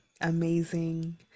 amazing